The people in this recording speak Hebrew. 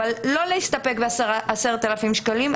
אבל לא להסתפק ב-10,000 שקלים,